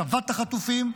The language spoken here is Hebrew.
השבת החטופים,